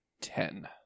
Ten